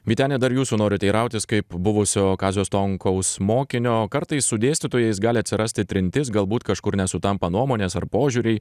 vyteni dar jūsų noriu teirautis kaip buvusio kazio stonkaus mokinio kartais su dėstytojais gali atsirasti trintis galbūt kažkur nesutampa nuomonės ar požiūriai